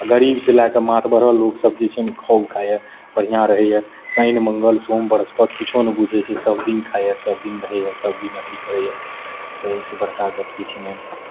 आ गरीबसँ लए कऽ मातबर लोकसभ जे छै ने खूब खाइए बढ़िआँ रहैए शनि मङ्गल सोम बृहस्पति किछो नहि बुझै छै सभ दिन खाइए सभ दिन रहैए सभ दिन अथि करैए तऽ एहिसँ बड़का गप्प किछु नहि